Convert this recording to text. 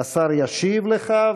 השר ישיב לך.